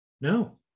no